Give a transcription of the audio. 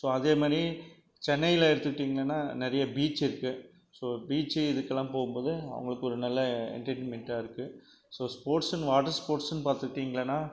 so அதேமாதிரி சென்னையில் எடுத்துக்கிட்டிங்கன்னா நிறையா பீச் இருக்கு ஸோ பீச்சி இதுக்கெல்லாம் போகும் போது அவங்களுக்கு ஒரு நல்ல என்டர்டைன்மெண்ட்டாக இருக்கு ஸோ ஸ்போர்ட்ஸ்னு வாட்டர் ஸ்போர்ட்ஸ்னு பார்த்துக்கிட்டிங்கனா